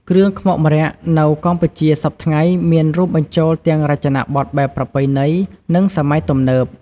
គ្រឿងខ្មុកម្រ័័ក្សណ៍នៅកម្ពុជាសព្វថ្ងៃមានរួមបញ្ចូលទាំងរចនាបទបែបប្រណៃណី និងសម័យទំនើប។